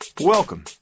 Welcome